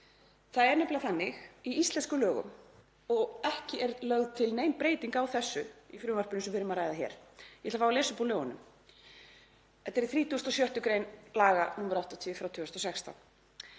Það er nefnilega þannig í íslenskum lögum og ekki er lögð til nein breyting á því í frumvarpinu sem við erum að ræða hér — ég ætla fá að lesa upp úr lögunum. Þetta er í 36. gr. laga nr. 80/2016.